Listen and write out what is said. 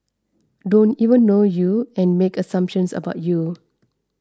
don't even know you and make assumptions about you